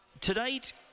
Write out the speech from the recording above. tonight